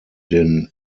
den